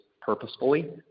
purposefully